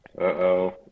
Uh-oh